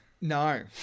No